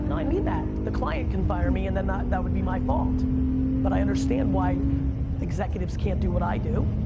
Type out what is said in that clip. and i mean that, the client can fire me and that would be my fault but i understand why executives can't do what i do.